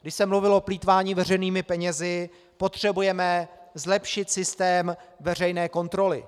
Když se mluvilo o plýtvání veřejnými penězi potřebujeme zlepšit systém veřejné kontroly.